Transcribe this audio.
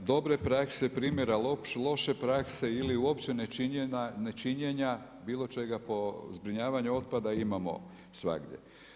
Primjera dobre prakse, primjera loše praske ili uopće nečinjenja bilo čega po zbrinjavanju otpada imamo svagdje.